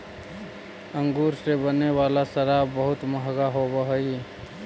अंगूर से बने वाला शराब बहुत मँहगा होवऽ हइ